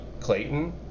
Clayton